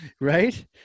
Right